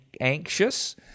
anxious